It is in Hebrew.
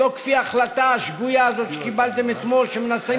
לא כפי ההחלטה השגויה הזאת שקיבלתם אתמול, שמנסים